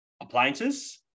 Appliances